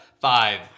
Five